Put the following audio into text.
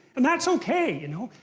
and that's okay, you know?